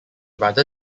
rather